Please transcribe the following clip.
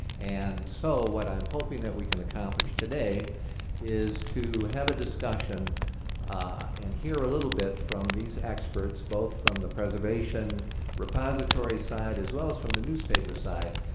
and so what i'm hoping that we can accomplish today is to have a discussion and hear a little bit from these experts, both from the preservation repository side as well as from the newspaper side,